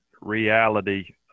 reality